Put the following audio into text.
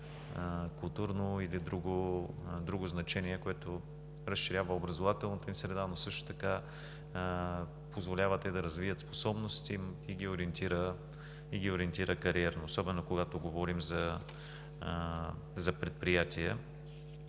културно или друго значение, което разширява образователната им среда, но също така позволява те да развият способности и да ги ориентира кариерно, особено когато говорим за предприятия.